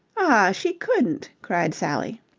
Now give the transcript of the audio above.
ah, she couldn't! cried sally.